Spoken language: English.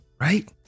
right